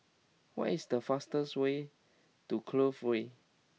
what is the fastest way to Clover Way